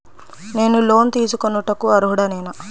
నేను లోన్ తీసుకొనుటకు అర్హుడనేన?